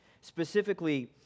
Specifically